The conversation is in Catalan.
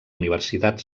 universitat